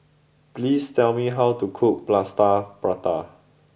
please tell me how to cook Plaster Prata